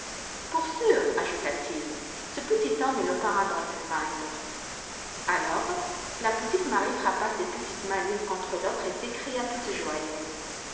pour sûr ajouta-t-il ce petit homme est le parrain drosselmeier alors la petite marie frappa ses petites mains l'une contre l'autre et s'écria toute joyeuse